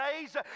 days